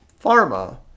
Pharma